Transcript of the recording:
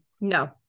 No